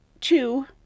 two